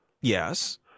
yes